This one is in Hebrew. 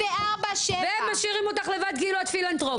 24/7. ומשאירים אותך לבד, כאילו את פילנטרופית.